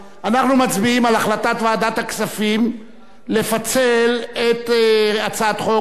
אנחנו מצביעים על החלטת ועדת הכספים לפצל את הצעת חוק לצמצום